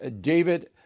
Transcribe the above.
David